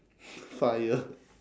fire